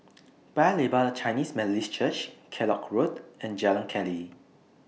Paya Lebar Chinese Methodist Church Kellock Road and Jalan Keli